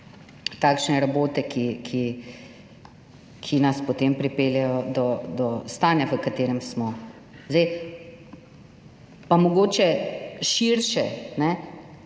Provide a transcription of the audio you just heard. takšne rabote, ki nas potem pripeljejo do stanja v katerem smo. Zdaj pa mogoče širše, ne?